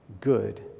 good